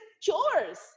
chores